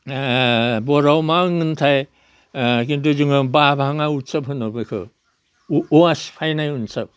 बर'आव मा होनगोनथाय खिन्थु जोंनाव बाभाङा उत्सव होनो बेखौ औवा सिफायनाय उत्सव